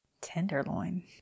Tenderloin